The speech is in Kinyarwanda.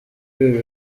ibi